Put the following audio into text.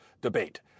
debate